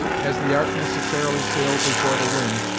as the ark necessarily sailed before the wind,